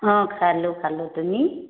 অঁ খালোঁ খালোঁ তুমি